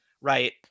right